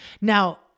Now